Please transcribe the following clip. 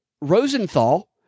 Rosenthal